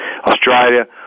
Australia